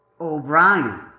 O'Brien